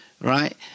Right